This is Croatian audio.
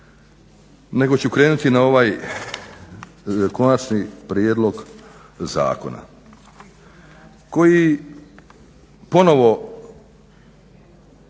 nego ću krenuti na ovaj konačni prijedlog zakona koji ponovno